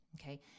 okay